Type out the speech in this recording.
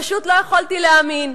פשוט לא יכולתי להאמין.